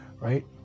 right